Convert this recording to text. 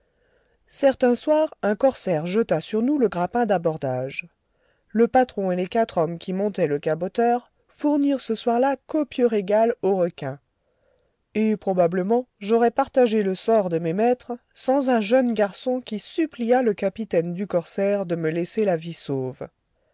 certain soir un corsaire jeta sur nous le grappin d'abordage le patron et les quatre hommes qui montaient le caboteur fournirent ce soir-là copieux régal aux requins et probablement j'aurais partagé le sort de mes maîtres sans un jeune garçon qui supplia le capitaine du corsaire de me laisser la vie sauve